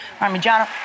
parmigiano